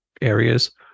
areas